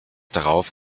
darauf